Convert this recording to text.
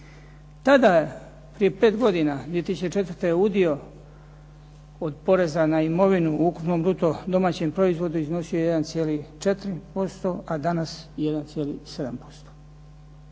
Tada, prije pet godina, 2004. udio od poreza na imovinu u ukupnom bruto domaćem proizvodu iznosio je 1,4%, a dnas 1,7%.